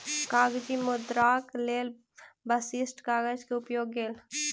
कागजी मुद्राक लेल विशिष्ठ कागज के उपयोग गेल